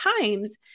times